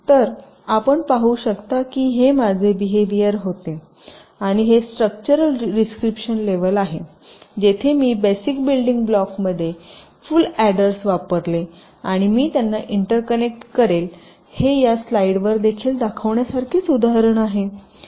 तर आपण पाहू शकता की हे माझे बीहेवियर होते आणि हे स्ट्रक्चरल डिस्क्रिपशन लेवल आहे जेथे मी बेसिक बिल्डिंग ब्लॉकमध्ये फुल अॅडर्स वापरले आणि मी त्यांना इंटर कनेक्ट करेलहे या स्लाइडवर देखील दाखवण्यासारखेच उदाहरण आहे